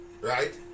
right